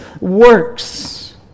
works